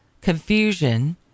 Confusion